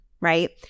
right